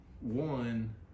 one